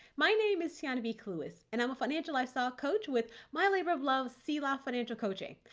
my name is tiana b. clewis and i'm a financial lifestyle coach with my labor of love, selah financial coaching.